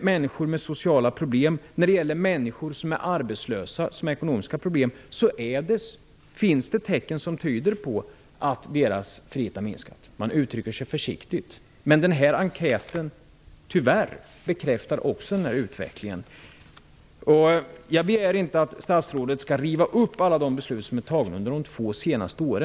människor med sociala problem, arbetslösa och människor med ekonomiska problem finns det tecken som tyder på att deras frihet har minskat. Man uttrycker sig försiktigt. Men den här enkäten bekräftar tyvärr också utvecklingen. Jag begär inte att statsrådet skall riva upp alla de beslut som har fattats under de två senaste åren.